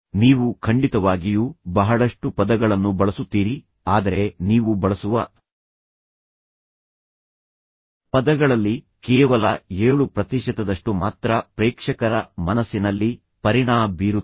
ನೀವು ಖಂಡಿತವಾಗಿಯೂ ಬಹಳಷ್ಟು ಪದಗಳನ್ನು ಬಳಸುತ್ತೀರಿ ಆದರೆ ನೀವು ಬಳಸುವ ಪದಗಳಲ್ಲಿ ಕೇವಲ 7 ಪ್ರತಿಶತದಷ್ಟು ಮಾತ್ರ ಪ್ರೇಕ್ಷಕರ ಮನಸ್ಸಿನಲ್ಲಿ ಪರಿಣಾಮ ಬೀರುತ್ತದೆ